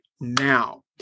now